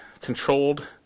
controlled